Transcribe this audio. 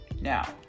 Now